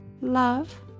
Love